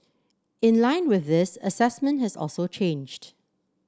in line with this assessment has also changed